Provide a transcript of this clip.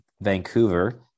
Vancouver